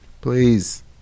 please